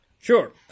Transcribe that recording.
Sure